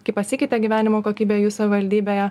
kaip pasikeitė gyvenimo kokybė jų savivaldybėje